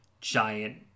giant